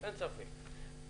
אין ספק.